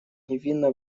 невинно